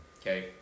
Okay